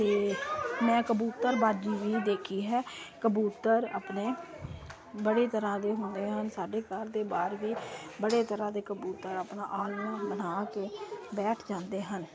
ਅਤੇ ਮੈਂ ਕਬੂਤਰ ਬਾਜੀ ਵੀ ਦੇਖੀ ਹੈ ਕਬੂਤਰ ਆਪਣੇ ਬੜੇ ਤਰ੍ਹਾਂ ਦੇ ਹੁੰਦੇ ਹਨ ਸਾਡੇ ਘਰ ਦੇ ਬਾਹਰ ਵੀ ਬੜੇ ਤਰ੍ਹਾਂ ਦੇ ਕਬੂਤਰ ਆਪਣਾ ਆਲ੍ਹਣਾ ਬਣਾ ਕੇ ਬੈਠ ਜਾਂਦੇ ਹਨ